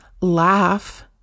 laugh